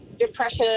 depression